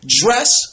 dress